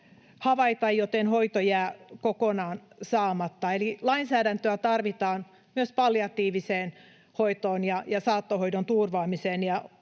havaita, joten hoito jää kokonaan saamatta. Eli lainsäädäntöä tarvitaan myös palliatiiviseen hoitoon ja saattohoidon turvaamiseen.